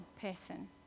person